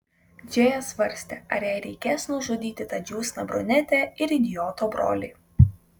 džėja svarstė ar jai reikės nužudyti tą džiūsną brunetę ir idioto brolį